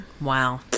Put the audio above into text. wow